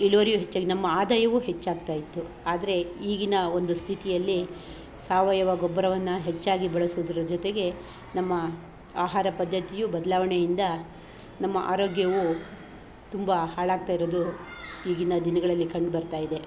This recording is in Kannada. ಇಳುವರಿಯೂ ಹೆಚ್ಚಾಗಿ ನಮ್ಮ ಆದಾಯವು ಹೆಚ್ಚಾಗ್ತಾಯಿತ್ತು ಆದರೆ ಈಗಿನ ಒಂದು ಸ್ಥಿತಿಯಲ್ಲಿ ಸಾವಯವ ಗೊಬ್ಬರವನ್ನು ಹೆಚ್ಚಾಗಿ ಬಳಸೋದರ ಜೊತೆಗೆ ನಮ್ಮ ಆಹಾರ ಪದ್ದತಿಯು ಬದಲಾವಣೆಯಿಂದ ನಮ್ಮ ಆರೋಗ್ಯವು ತುಂಬ ಹಾಳಾಗ್ತಾಯಿರೋದು ಈಗಿನ ದಿನಗಳಲ್ಲಿ ಕಂಡು ಬರ್ತಾಯಿದೆ